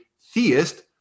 theist